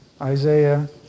Isaiah